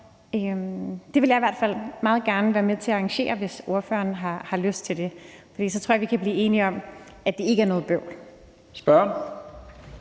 Det vil jeg i hvert fald meget gerne være med til at arrangere, hvis ordføreren har lyst til det, for så tror jeg, vi kan blive enige om, at det ikke er noget bøvl. Kl.